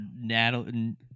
Natalie